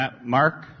Mark